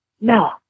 no